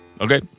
Okay